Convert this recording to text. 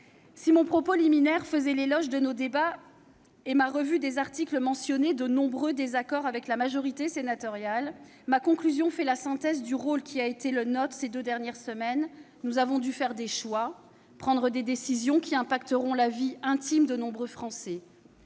Si mon propos liminaire faisait l'éloge de nos débats et ma revue des articles mentionnait de nombreux désaccords avec la majorité sénatoriale, ma conclusion fait la synthèse du rôle qui a été le nôtre ces deux dernières semaines : nous avons dû faire des choix, prendre des décisions qui impacteront la vie intime de nombreux Français.